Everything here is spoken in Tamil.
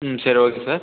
ம் சரி ஓகே சார்